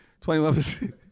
21%